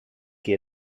qui